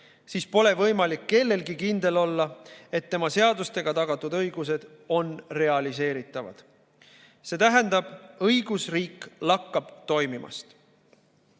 siis pole kellelgi võimalik kindel olla, et tema seadustega tagatud õigused on realiseeritavad. See tähendab, et õigusriik lakkab toimimast.